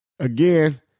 Again